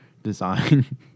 Design